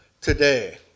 today